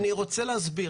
אני רוצה להסביר.